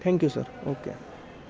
thank you sir okay